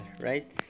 right